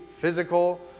physical